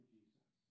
Jesus